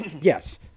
Yes